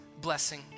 blessing